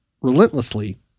relentlessly